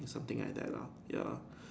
or something like that lor ya lor